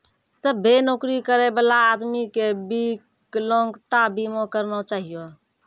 सभ्भे नौकरी करै बला आदमी के बिकलांगता बीमा करना चाहियो